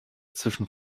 zwischen